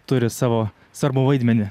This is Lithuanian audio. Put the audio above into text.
turi savo svarbų vaidmenį